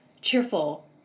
cheerful